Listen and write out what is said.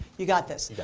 you got this. yeah